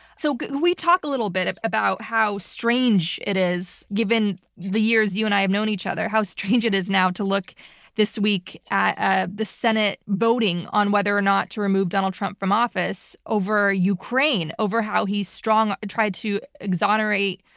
so we talk a little bit about how strange it is given the years you and i have known each other, how strange it is now to look this week at ah the senate voting on whether or not to remove donald trump from office over ukraine, over how he's. tried to exonerate.